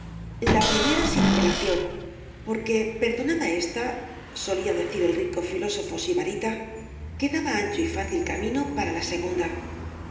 la primera sin apelación porque perdonada ésta solía decir el rico filósofo sibarita quedaba ancho y fácil camino para la segunda